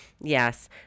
yes